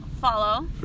follow